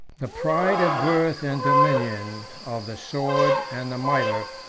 the pride of birth and dominion, of the sword and the mitre,